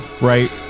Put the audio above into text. Right